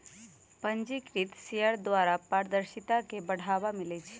पंजीकृत शेयर द्वारा पारदर्शिता के बढ़ाबा मिलइ छै